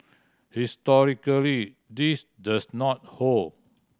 historically this does not hold